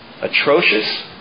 Atrocious